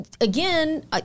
again